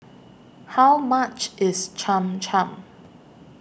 How much IS Cham Cham